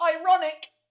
ironic